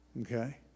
Okay